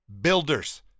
builders